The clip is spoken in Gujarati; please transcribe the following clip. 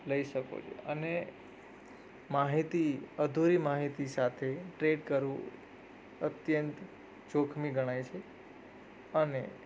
લઈ શકો છો અને માહિતી અધૂરી માહિતી સાથે ટ્રેડ કરવું અત્યંત જોખમી ગણાય છે અને